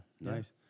nice